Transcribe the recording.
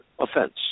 offense